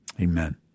Amen